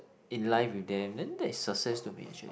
in life with them then that is success to me actually